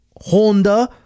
Honda